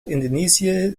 indonesië